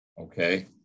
okay